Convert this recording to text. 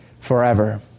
forever